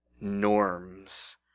norms